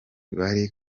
bari